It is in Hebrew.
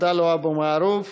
חבר הכנסת עבדאללה אבו מערוף,